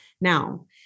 Now